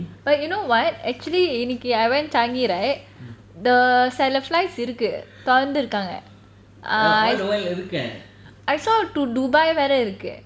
but you know what actually இன்னைக்கு:innaiku I went changi right the சில:sila flights இருக்கு தொறந்துருக்காங்க:iruku thoranthurukaanga I I saw to dubai வர இருக்கு:vara iruku